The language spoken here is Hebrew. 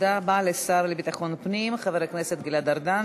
תודה רבה לשר לביטחון הפנים חבר הכנסת גלעד ארדן.